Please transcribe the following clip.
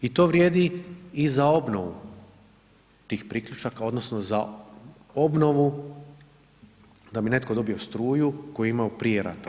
I to vrijedi i za obnovu tih priključaka odnosno za obnovu da bi netko dobio struju koju je imao prije rata.